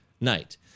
night